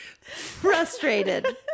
Frustrated